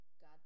God